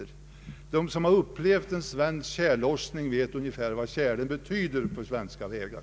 Men de som har upplevt en svensk tjällossning vet ungefär vad tjällossningen betyder för svenska vägar.